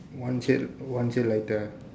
one shade one shade lighter